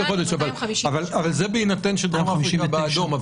זה בהינתן שדרום אפריקה באדום.